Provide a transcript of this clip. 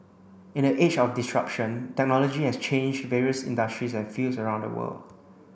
in the age of disruption technology has changed various industries and fields around the world